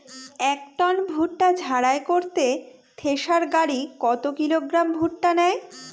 এক টন ভুট্টা ঝাড়াই করতে থেসার গাড়ী কত কিলোগ্রাম ভুট্টা নেয়?